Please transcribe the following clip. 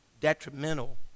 detrimental